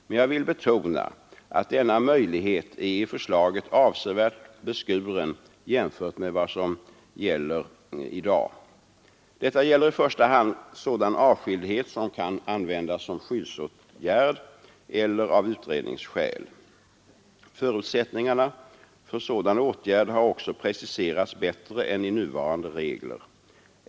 Men jag vill betona att denna möjlighet är i förslaget avsevärt beskuren jämfört med vad som är fallet i dag. Detta gäller i första hand sådan avskildhet som kan användas som skyddsåtgärd eller av utredningsskäl. Förutsättningarna för sådan åtgärd har också preciserats bättre än i nuvarande regler.